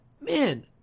man